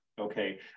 Okay